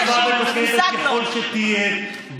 חריפה ונוקבת ככל שתהיה,